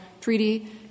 treaty